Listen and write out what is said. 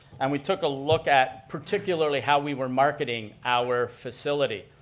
and we took a look at particularly how we were marketing our facility.